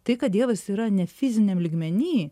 tai kad dievas yra ne fiziniam lygmeny